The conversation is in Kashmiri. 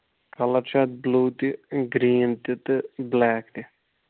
کَلَر چھُ اَتھ بِلوٗ تہِ گرٛیٖن تہِ تہٕ بٕلیک تہِ